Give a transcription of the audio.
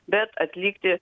bet atlikti